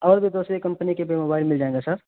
اور بھی دوسری کمپنی کے بھی موبائل مل جائیں گے سر